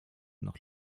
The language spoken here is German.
noch